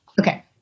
Okay